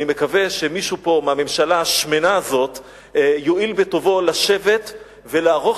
אני מקווה שמישהו פה מהממשלה השמנה הזאת יואיל בטובו לשבת ולערוך